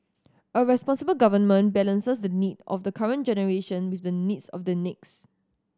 a responsible government balances the need of the current generation with the needs of the next